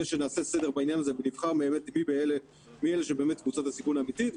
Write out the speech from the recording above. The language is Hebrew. שנעשה סדר בעניין הזה ונבחן מי אלה שבאמת קבוצות הסיכון האמיתית,